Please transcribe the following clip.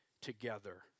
together